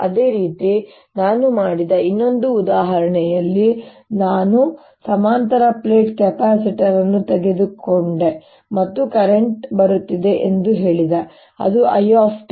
ಅದೇ ರೀತಿ ನಾನು ಮಾಡಿದ ಇನ್ನೊಂದು ಉದಾಹರಣೆಯಲ್ಲಿ ನಾನು ಸಮಾನಾಂತರ ಪ್ಲೇಟ್ ಕೆಪಾಸಿಟರ್ ಅನ್ನು ತೆಗೆದುಕೊಂಡೆ ಮತ್ತು ಕರೆಂಟ್ ಬರುತ್ತಿದೆ ಎಂದು ಹೇಳಿದೆ ಅದು I